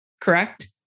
correct